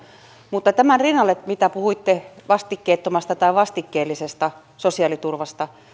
mutta tämän rinnalla mitä puhuitte vastikkeettomasta tai vastikkeellisesta sosiaaliturvasta